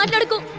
um article